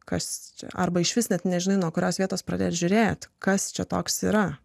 kas čia arba išvis net nežinai nuo kurios vietos pradėti žiūrėti kas čia toks yra